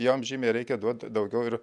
jom žymiai reikia duot daugiau ir